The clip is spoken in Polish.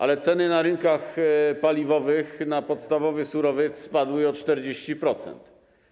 Ale ceny na rynkach paliwowych na podstawowy surowiec spadły o 40%.